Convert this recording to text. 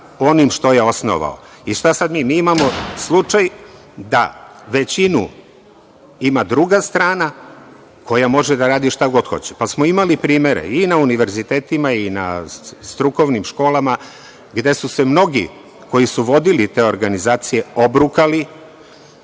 onim što je osnovao. I šta sad mi? Mi imamo slučaj da većinu ima druga strana, koja može da radi šta god hoće. Pa smo imali primere i na univerzitetima i na strukovnim školama gde su se mnogi koji su vodili te organizacije obrukali,